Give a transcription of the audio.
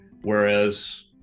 whereas